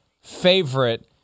favorite